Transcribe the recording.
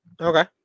Okay